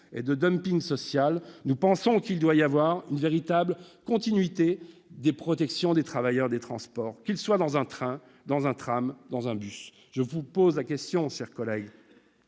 et de dumping social, nous pensons qu'il doit y avoir une véritable continuité dans la protection des travailleurs des transports, qu'ils soient dans un train, un tram, un bus. Je vous pose la question, chers collègues